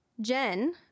Jen